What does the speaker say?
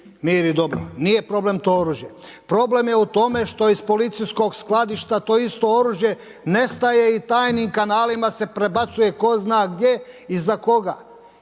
„Mir i dobro“. Nije problem to oružje. Problem je u tome što iz policijskog skladišta to isto oružje nestaje i tajnim kanalima se prebacuje tko zna gdje i za koga.